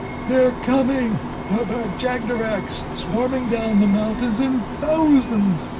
they're coming the bag-jagderags-swarming down the mountains in thousands!